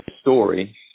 story